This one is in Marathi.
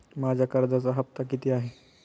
माझा कर्जाचा हफ्ता किती आहे?